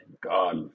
God